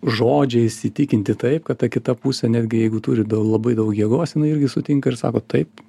žodžiais įtikinti taip kad ta kita pusė netgi jeigu turi labai daug jėgos jinai irgi sutinka ir sako taip